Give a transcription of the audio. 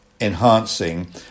enhancing